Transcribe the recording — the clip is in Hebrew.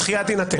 הדחייה תינתן.